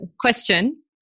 question